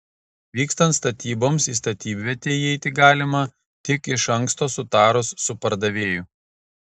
vykstant statyboms į statybvietę įeiti galima tik iš anksto sutarus su pardavėju